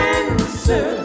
answer